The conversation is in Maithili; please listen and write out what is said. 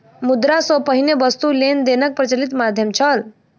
मुद्रा सॅ पहिने वस्तु लेन देनक प्रचलित माध्यम छल